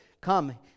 Come